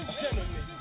gentlemen